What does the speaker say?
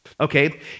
okay